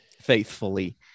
faithfully